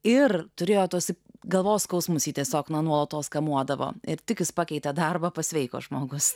ir turėjo tos galvos skausmus ji tiesiog nuolatos kamuodavo ir tik jis pakeitė darbą pasveiko žmogus